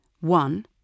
One